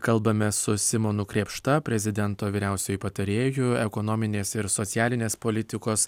kalbame su simonu krėpšta prezidento vyriausiuoju patarėju ekonominės ir socialinės politikos